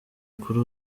kuri